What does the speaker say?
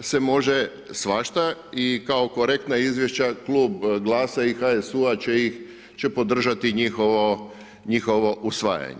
se može svašta i kao korektna izvješća klub GLAS-a i HSU-a će podržati njihovo usvajanje.